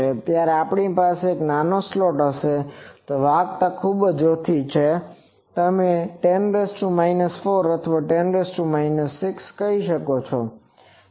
જ્યારે આપણી પાસે એક નાનો સ્લોટ હોય તો વાહકતા ખૂબ જ ઓછી છે તમે 10 4 અથવા 10 6 કહી શકો છો